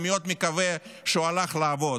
אני מאוד מקווה שהוא הלך לעבוד,